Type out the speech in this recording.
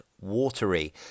watery